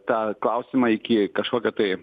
tą klausimą iki kažkokio tai